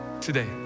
today